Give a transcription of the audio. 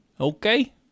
Okay